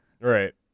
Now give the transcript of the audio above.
Right